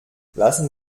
lassen